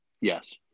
Yes